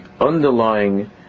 underlying